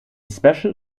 special